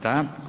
Da.